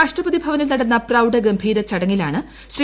രാഷ്ട്രപതി ഭവനിൽ നടന്ന പ്രൌഢഗംഭീര ചടങ്ങിലാണ് ശ്രീ